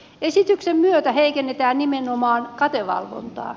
esityksen myötä heikennetään nimenomaan katevalvontaa